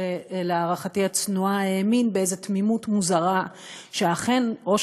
שלהערכתי הצנועה האמין באיזו תמימות מוזרה שאכן ראש